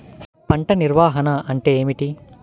పంట నిర్వాహణ అంటే ఏమిటి?